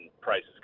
prices